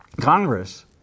Congress